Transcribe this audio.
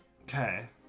Okay